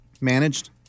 Managed